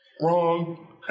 Wrong